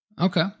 Okay